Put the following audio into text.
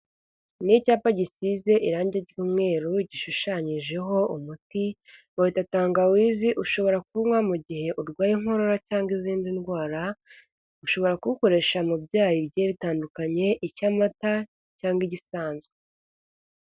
Ni icyapa gisize irangi ry'umweru gishushanyijeho umuti, bawita tangawizi ushobora kuwunywa mu gihe urwaye inkorora cyangwa izindi ndwara, ushobora kuwukoresha mu byayi bigiye bitandukanye icy'amata cyangwa igisanzwe.